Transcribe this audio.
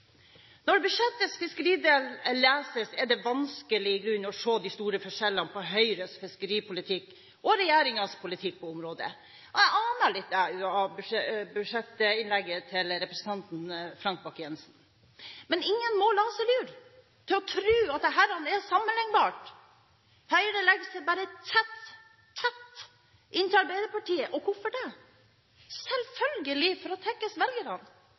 Når budsjettets fiskeridel leses, er det i grunnen vanskelig å se de store forskjellene på Høyres fiskeripolitikk og regjeringens politikk på området, men jeg aner litt av forskjellen i innlegget til representanten Frank Bakke-Jensen. Men ingen må la seg lure til å tro at dette er sammenlignbart. Høyre legger seg bare tett, tett inntil Arbeiderpartiet – og hvorfor det? Selvfølgelig for å tekkes velgerne.